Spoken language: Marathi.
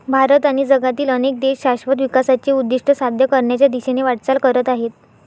भारत आणि जगातील अनेक देश शाश्वत विकासाचे उद्दिष्ट साध्य करण्याच्या दिशेने वाटचाल करत आहेत